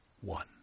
one